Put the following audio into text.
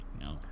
No